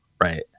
right